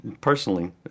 personally